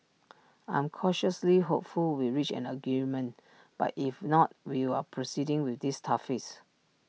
I'm cautiously hopeful we reach an agreement but if not we are proceeding with these tariffs